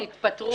כן, התפטרו.